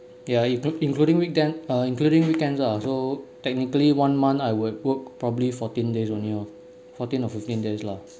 ya incl~ including weekend uh including weekends lah so technically one month I will work properly fourteen days only lor fourteen or fifteen days lah